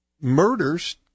murders